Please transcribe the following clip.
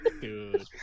Dude